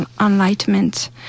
enlightenment